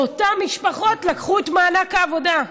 לאותן משפחות לקחו את מענק העבודה,